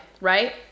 right